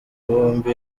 bombi